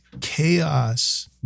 chaos